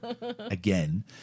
again